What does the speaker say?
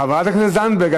חברת הכנסת זנדברג,